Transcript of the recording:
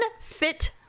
fit